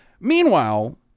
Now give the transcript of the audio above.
Meanwhile